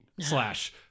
slash